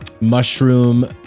Mushroom